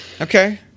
Okay